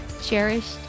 cherished